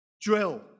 Drill